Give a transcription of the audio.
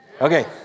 Okay